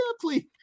please